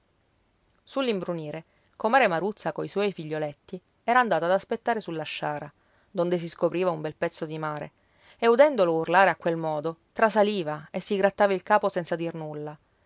aperta sull'imbrunire comare maruzza coi suoi figlioletti era andata ad aspettare sulla sciara d'onde si scopriva un bel pezzo di mare e udendolo urlare a quel modo trasaliva e si grattava il capo senza dir nulla